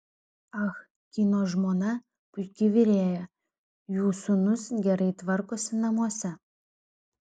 ah kino žmona puiki virėja jų sūnus gerai tvarkosi namuose